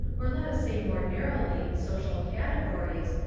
or let us say more narrowly, social categories,